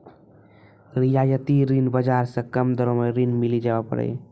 रियायती ऋण बाजार से कम दरो मे ऋण मिली जावै पारै